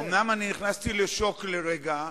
אומנם נכנסתי לשוק לרגע,